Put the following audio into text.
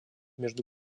между